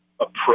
approach